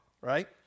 right